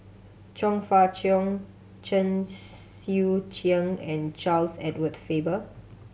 Chong Fah Cheong Chen Sucheng and Charles Edward Faber